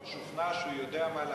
וכפי שאמרתי,